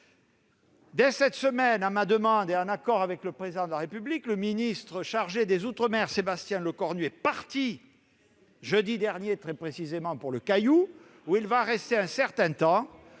Dès cette semaine, à ma demande et en accord avec le Président de la République, le ministre chargé des outre-mer, Sébastien Lecornu, est parti pour le Caillou, où il va rester un certain temps,